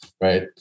Right